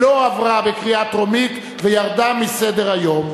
לא עברה בקריאה טרומית וירדה מסדר-היום.